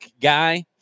guy